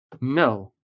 No